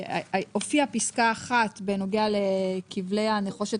הופיעה פסקה אחת בנוגע לכבלי הנחושת